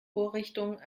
vorrichtung